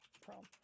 problem